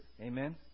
Amen